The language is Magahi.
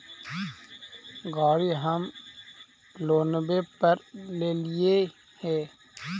गाड़ी हम लोनवे पर लेलिऐ हे?